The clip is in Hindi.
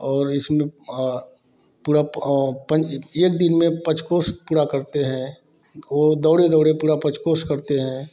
और इसमें पूरा पं एक दिन में पंचकोष पूरा करते हैं वे दौड़े दौड़े पुरा पंचकोष करते हैं